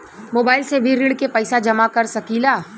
Mobile से भी ऋण के पैसा जमा कर सकी ला?